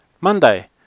Monday